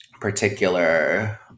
particular